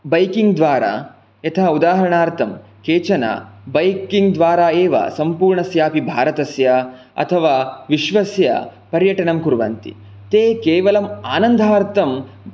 biking द्वारा यथा उदाहरणार्थं केचन बैकिङ्ग् द्वारा एव सम्पूर्णस्यापि भारतस्य अथवा विश्वस्य पर्यटनं कुर्वन्ति ते केवलम् आनन्दार्थं